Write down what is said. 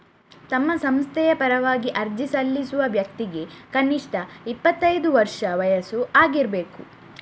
ತಮ್ಮ ಸಂಸ್ಥೆಯ ಪರವಾಗಿ ಅರ್ಜಿ ಸಲ್ಲಿಸುವ ವ್ಯಕ್ತಿಗೆ ಕನಿಷ್ಠ ಇಪ್ಪತ್ತೈದು ವರ್ಷ ವಯಸ್ಸು ಆಗಿರ್ಬೇಕು